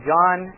John